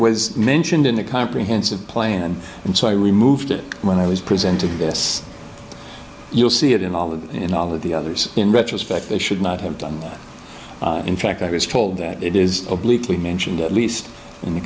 was mentioned in the comprehensive plan and so i removed it when i was presenting this you'll see it in all the in all of the others in retrospect they should not have done in fact i was told that it is obliquely mentioned at least in